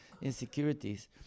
insecurities